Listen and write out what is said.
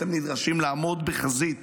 אתם נדרשים לעמוד בחזית